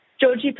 Georgie